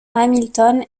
hamilton